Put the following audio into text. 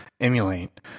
emulate